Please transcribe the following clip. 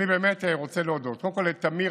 אני באמת רוצה להודות קודם כול לתמיר,